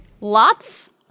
lots